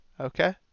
okay